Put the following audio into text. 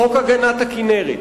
חוק הגנת הכינרת,